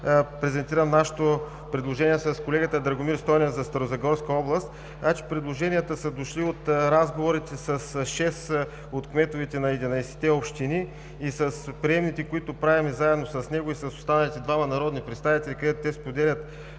презентирам нашето предложение с колегата Драгомир Стойнев за Старозагорска област. Предложенията са дошли от разговорите с шест от кметовете на 11-те общини и от приемните, които правим заедно с него и с останалите двама народни представители, където хората споделят